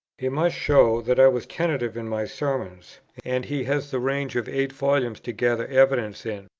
he must show that i was tentative in my sermons and he has the range of eight volumes to gather evidence in.